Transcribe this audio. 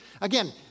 Again